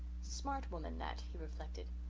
smart woman that, he reflected.